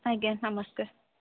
ଆଜ୍ଞା ନମସ୍କାର୍